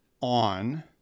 on